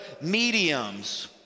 mediums